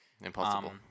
Impossible